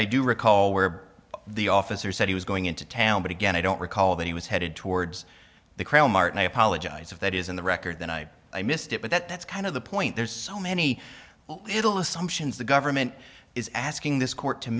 i do recall where the officer said he was going into town but again i don't recall that he was headed towards the crown martin i apologize if that is in the record that i i missed it but that's kind of the point there's so many little assumptions the government is asking this court to